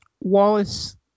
Wallace